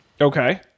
Okay